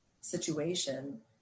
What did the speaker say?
situation